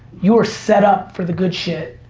you are set up for the good shit.